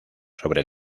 sobre